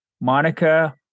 Monica